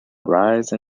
rise